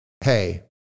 hey